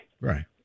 Right